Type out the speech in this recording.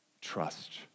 trust